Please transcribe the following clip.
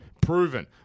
proven